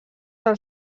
del